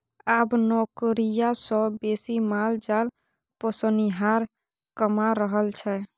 आब नौकरिया सँ बेसी माल जाल पोसनिहार कमा रहल छै